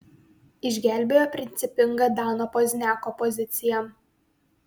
išgelbėjo principinga dano pozniako pozicija